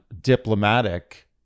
diplomatic